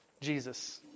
Jesus